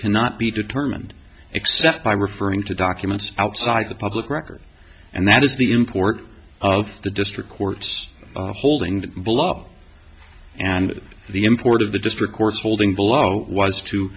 cannot be determined except by referring to documents outside the public record and that is the import of the district court's holding below and the import of the district court's holding below was to